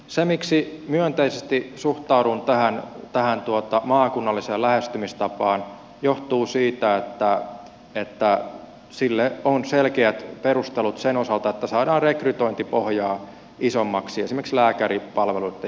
se miksi myönteisesti suhtaudun tähän maakunnalliseen lähestymistapaan johtuu siitä että sille on selkeät perustelut sen osalta että saadaan rekrytointipohjaa isommaksi esimerkiksi lääkäripalveluitten järjestämisen osalta